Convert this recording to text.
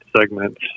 segments